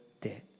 dead